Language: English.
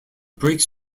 breaks